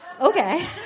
Okay